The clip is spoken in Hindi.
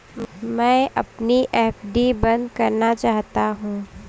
मैं अपनी एफ.डी बंद करना चाहता हूँ